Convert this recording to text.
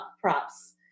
props